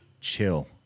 chill